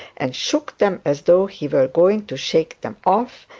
and shook them as though he were going to shake them off,